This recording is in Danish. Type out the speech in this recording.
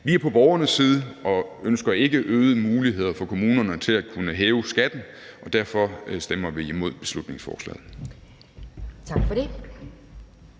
Vi er på borgernes side og ønsker ikke øgede muligheder for kommunerne til at kunne hæve skatten, og derfor stemmer vi imod beslutningsforslaget.